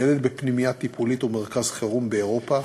ילד בפנימייה טיפולית ומרכז חירום באירופה,